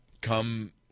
come